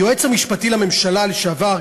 היועץ המשפטי לממשלה לשעבר,